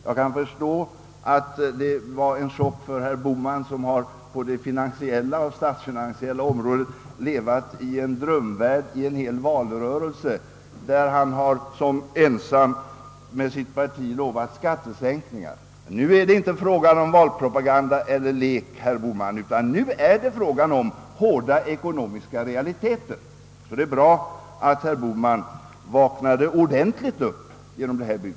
Jag kan förstå att budet blev en chock för herr Bohman som på det finansiella och statsfinansiella området har levat i en drömvärld under en hel valrörelse, då hans parti ensamt utlovat skattesänkningar. Nu är det inte fråga om valpropaganda eller lek, herr Bohman, utan nu gäller det hårda ekonomiska realiteter. Det är därför bra om herr Bohman vaknat upp ordentligt genom detta bud.